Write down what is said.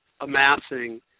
amassing